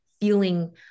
feeling